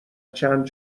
چند